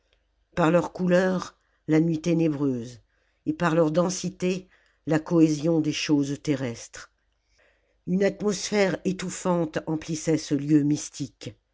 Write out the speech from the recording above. par leur couleur la nuit ténébreuse et par leur densité la cohésion des choses terrestres une atmosphère étouffante emphssait ce heu mystique